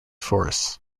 forests